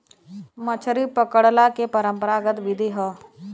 मछरी पकड़ला के परंपरागत विधि हौ